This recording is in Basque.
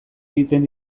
egiten